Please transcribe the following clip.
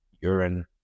urine